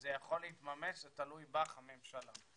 שזה יכול להתממש, זה תלוי בך, הממשלה.